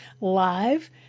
live